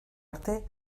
arte